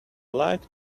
like